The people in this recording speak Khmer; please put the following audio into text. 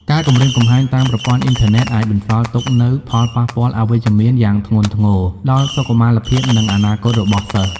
ការគំរាមកំហែងតាមប្រព័ន្ធអ៊ីនធឺណិត អាចបន្សល់ទុកនូវ ផលប៉ះពាល់អវិជ្ជមានយ៉ាងធ្ងន់ធ្ងរ ដល់សុខុមាលភាព និងអនាគតរបស់សិស្ស។